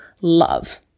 love